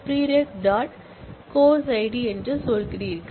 course id என்று சொல்கிறீர்கள்